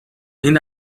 این